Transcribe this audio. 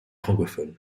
francophones